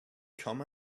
come